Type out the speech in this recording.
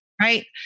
right